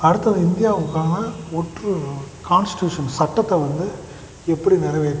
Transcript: அடுத்தது இந்தியாவுக்கான ஒற்று கான்ஸ்டியூஷன் சட்டத்தை வந்து எப்படி நிறைவேத்தணும்